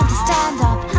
stand up,